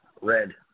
Red